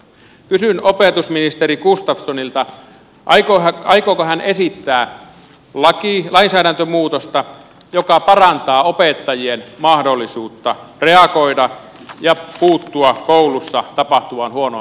kysyn opetusministeri gustafssonilta aikooko hän esittää lainsäädäntömuutosta joka parantaa opettajien mahdollisuutta reagoida ja puuttua koulussa tapahtuvaan huonoon käytökseen